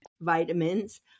Vitamins